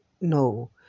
no